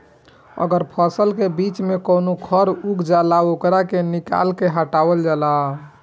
अगर फसल के बीच में कवनो खर उग जाला ओकरा के निकाल के हटावल जाला